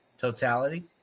totality